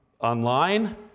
online